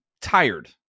tired